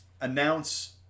Announce